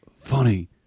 funny